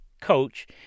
coach